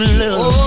love